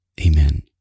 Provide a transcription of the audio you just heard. Amen